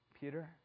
Peter